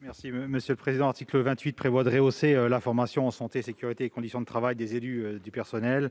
de la commission ? L'article 28 prévoit de rehausser la formation en santé, sécurité et conditions de travail des élus du personnel.